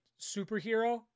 superhero